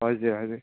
हजुर हजुर